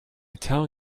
tell